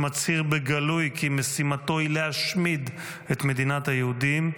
שמצהיר בגלוי כי משימתו היא להשמיד את מדינת היהודים,